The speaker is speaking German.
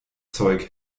zeug